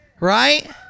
right